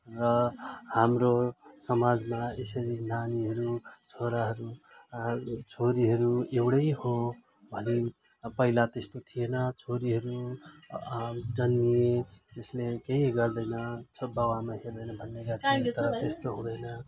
र हाम्रो समाजमा यसरी नानीहरू छोराहरू छोरीहरू एउटै हो भने अब पहिला त्यस्तो थिएन छोरीहरू जन्मिए जसले केही गर्दैन यसो बाउआमा हेर्दैन भनेर त्यस्तो हुँदैन